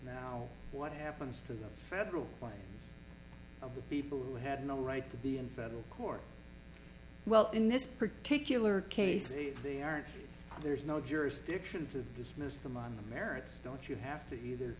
now what happens to the federal life of the people who had no right to be in federal court well in this particular case if they aren't there's no jurisdiction to dismiss them on the merits don't you have to either